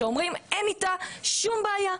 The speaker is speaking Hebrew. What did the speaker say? שאומרים שאין שום בעיה.